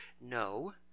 No